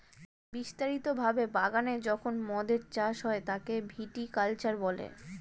বিস্তারিত ভাবে বাগানে যখন মদের চাষ হয় তাকে ভিটি কালচার বলে